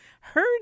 heard